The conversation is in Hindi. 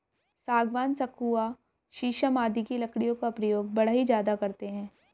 सागवान, सखुआ शीशम आदि की लकड़ियों का प्रयोग बढ़ई ज्यादा करते हैं